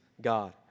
God